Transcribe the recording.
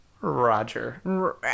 Roger